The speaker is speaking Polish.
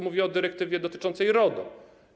Mówię o dyrektywie dotyczącej RODO.